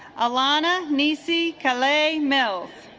alana niecy calais mill